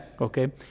Okay